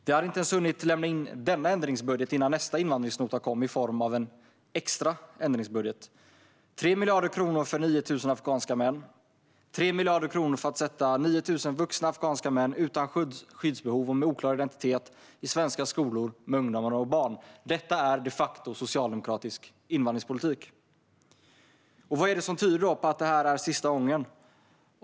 Vi hade inte ens hunnit lämna in denna ändringsbudget innan nästa invandringsnota kom - i form av en extra ändringsbudget om 3 miljarder kronor för 9 000 afghanska män, 3 miljarder kronor för att sätta 9 000 vuxna afghanska män utan skyddsbehov och med oklar identitet i svenska skolor med ungdomar och barn. Detta är de facto socialdemokratisk invandringspolitik. Vad är det som tyder på att detta är sista gången?